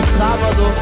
sábado